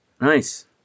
Nice